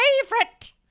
favorite